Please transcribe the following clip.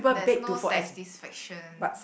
there's no satisfaction